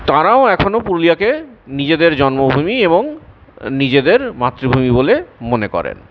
তারাও এখনো পুরুলিয়াকে নিজেদের জন্মভূমি এবং নিজেদের মাতৃভূমি বলে মনে করেন